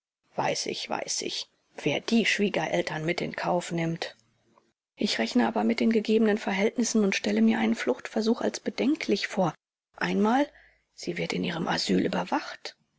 weiß ich weiß ich wer die schwiegereltern mit in kauf nimmt ich rechne aber mit den gegebenen verhältnissen und stelle mir einen fluchtversuch als bedenklich vor einmal sie wird in ihrem asyl überwacht